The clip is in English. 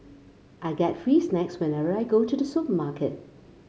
I get free snacks whenever I go to the supermarket